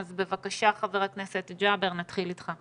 בבקשה, חבר הכנסת ג'אבר, נתחיל איתך.